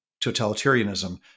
totalitarianism